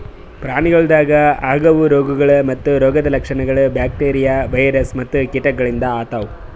ಪ್ರಾಣಿಗೊಳ್ದಾಗ್ ಆಗವು ರೋಗಗೊಳ್ ಮತ್ತ ರೋಗದ್ ಲಕ್ಷಣಗೊಳ್ ಬ್ಯಾಕ್ಟೀರಿಯಾ, ವೈರಸ್ ಮತ್ತ ಕೀಟಗೊಳಿಂದ್ ಆತವ್